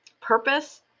purpose